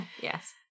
yes